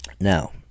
Now